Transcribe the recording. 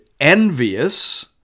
envious